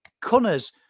Cunners